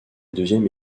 deuxième